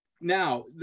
Now